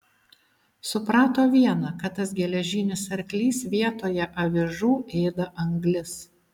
suprato viena kad tas geležinis arklys vietoje avižų ėda anglis